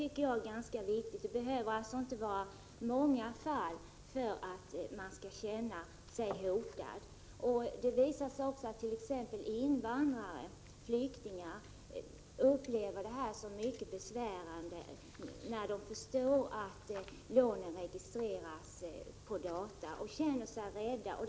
Detta är ganska viktigt — det behöver alltså inte inträffa många fall för att en person skall känna sig hotad. Det visar sig också att t.ex. invandrare och flyktingar upplever detta som Prot. 1987/88:43 mycket besvärande och känner sig rädda, när de förstår att lånen registreras 11 december 1987 på data.